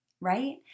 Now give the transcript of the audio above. right